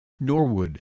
Norwood